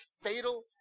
fatal